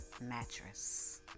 mattress